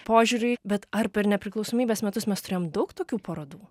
požiūriui bet ar per nepriklausomybės metus mes turėjom daug tokių parodų